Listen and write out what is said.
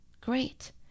Great